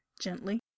gently